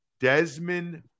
Desmond